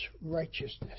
righteousness